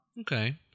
Okay